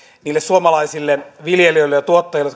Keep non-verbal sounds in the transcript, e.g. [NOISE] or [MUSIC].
niille suomalaisille viljelijöille ja tuottajille [UNINTELLIGIBLE]